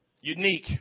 unique